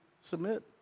submit